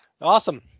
Awesome